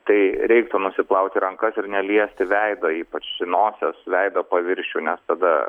tai reiktų nusiplauti rankas ir neliesti veido ypač nosies veido paviršių nes tada